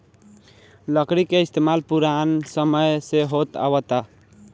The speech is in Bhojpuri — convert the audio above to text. लकड़ी के इस्तमाल पुरान समय से होत आवता